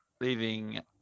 leaving